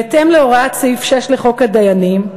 בהתאם להוראת סעיף 6 לחוק הדיינים,